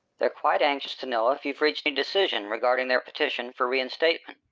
they're quite anxious to know if you've reached any decision regarding their petition for reinstatement.